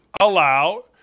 allow